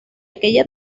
aquella